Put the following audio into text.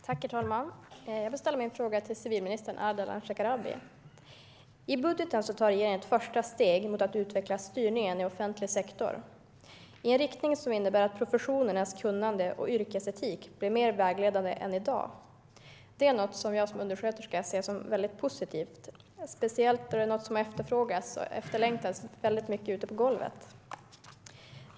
Herr talman! Jag vill ställa min fråga till civilministern, Ardalan Shekarabi. I budgeten tar regeringen ett första steg mot att utveckla styrningen i offentlig sektor i en riktning som innebär att professionernas kunnande och yrkesetik blir mer vägledande än i dag. Det ser jag som undersköterska som väldigt positivt, speciellt då det är något som starkt efterfrågas och efterlängtas ute på golvet.